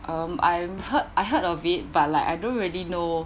um I'm heard I heard of it but like I don't really know